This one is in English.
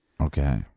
Okay